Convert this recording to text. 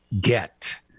get